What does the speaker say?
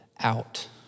out